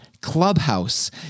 Clubhouse